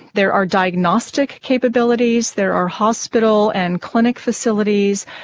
there are diagnostic capabilities, there are hospital and clinic facilities,